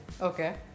Okay